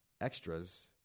extras